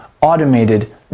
automated